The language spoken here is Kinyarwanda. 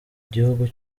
gihugu